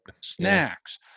snacks